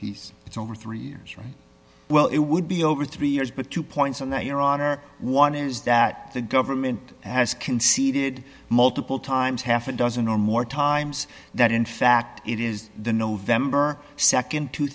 he's it's over three years well it would be over three years but two points on that your honor one is that the government has conceded multiple times half a dozen or more times that in fact it is the november nd two